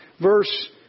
Verse